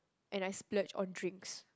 and I splurge on drinks